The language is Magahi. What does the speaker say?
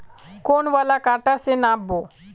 कौन वाला कटा से नाप बो?